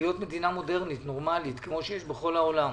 להיות מדינה מודרנית נורמלית, כפי שיש בכל העולם.